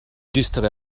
düstere